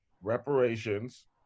Reparations